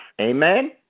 Amen